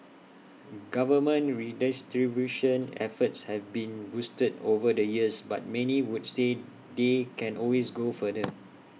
government redistribution efforts have been boosted over the years but many would say they can always go further